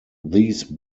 these